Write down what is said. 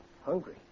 Hungry